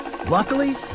Luckily